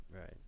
Right